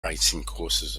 courses